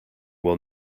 will